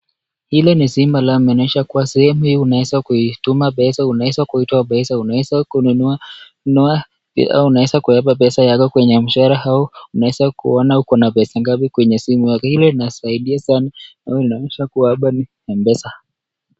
Hili ni simu linaonyesha kuwa sehemu unaweza kuituma pesa ,unaweza kuitoa pesa ,unaweza kununua au unaweza kueka pesa kwenye M-shwari au unaweza kuona uko na pesa gapi kwenye simu yako. Hii inasaidia sana au inaonyesha kuwa M-pesa.